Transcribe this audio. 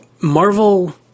Marvel